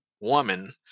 woman